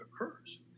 occurs